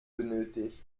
benötigt